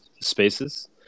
spaces